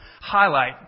highlight